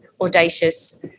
audacious